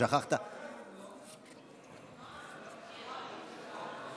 היושב-ראש, על הודעת הוועדה יש דיון